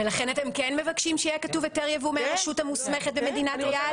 ולכן אתם כן מבקשים שיהיה כתוב היתר יבוא מהרשות המוסמכת במדינת היעד?